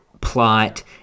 plot